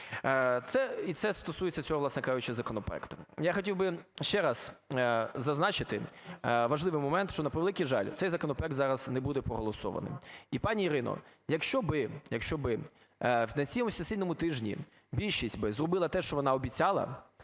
І це стосується, цього, власне кажучи, законопроекту. Я хотів би ще раз зазначити важливий момент, що на превеликий жаль, цей законопроект зараз не буде проголосований. І пані Ірино, якщо би… якщо би на цьому сесійному тижні більшість би зробила те, що вона обіцяла,